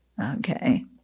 Okay